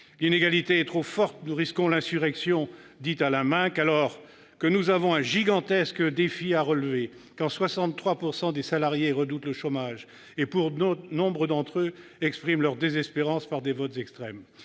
L'inégalité est trop forte, nous risquons l'insurrection », dit Alain Minc. Nous avons un gigantesque défi à relever, quand 63 % des salariés redoutent le chômage et, pour nombre d'entre eux, expriment leur désespérance par des votes extrêmes,